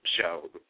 show